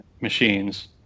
machines